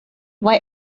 وای